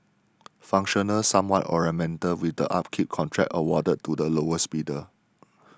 functional somewhat ornamental with the upkeep contract awarded to the lowest bidder